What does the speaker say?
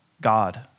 God